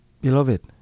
Beloved